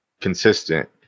consistent